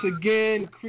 again